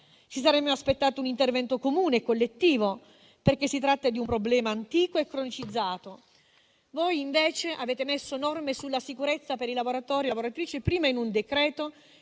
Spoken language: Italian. Ci saremmo aspettati un intervento comune e collettivo, perché si tratta di un problema antico e cronicizzato. Voi, invece, avete previsto norme sulla sicurezza per i lavoratori e lavoratrici, prima in un decreto